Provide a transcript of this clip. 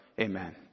amen